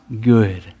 good